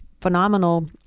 phenomenal